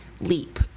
leap